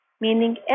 meaning